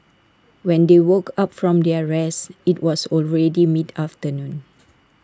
when they woke up from their rest IT was already mid afternoon